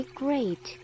great